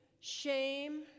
shame